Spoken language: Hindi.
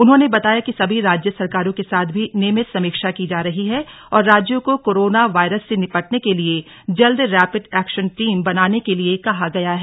उन्होंने बताया कि सभी राज्य सरकारों के साथ भी नियमित समीक्षा की जा रही है और राज्यों को कोरोना वायरस से निपटने के लिए जल्द रैपिड एक्शन टीम बनाने के लिए कहा गया है